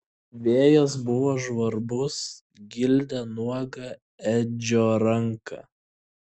vėjas buvo žvarbus gildė nuogą edžio ranką